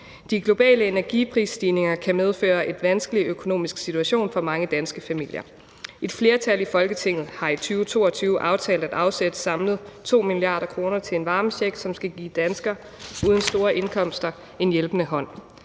»De globale energiprisstigninger kan medføre en vanskelig økonomisk situation for mange danske familier. Et flertal i Folketinget har i 2022 aftalt at afsætte samlet 2 mia. kr. til en varmecheck, som skal give danskere uden store indkomster en hjælpende hånd.